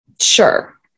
Sure